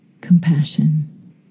compassion